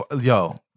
Yo